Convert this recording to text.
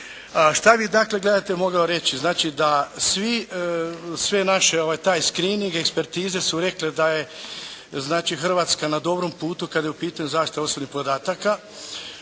Šta bi dakle gledajte mogao reći. Znači da svi, sve naše, taj screening, ekspertize su rekle da je Hrvatska na dobrom putu kad je u pitanju zaštita osobnih podataka,